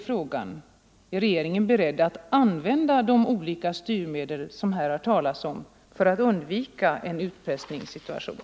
Är regeringen beredd att använda de olika styrmedel som här har talats om för att undvika en utpressningssituation?